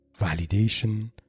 validation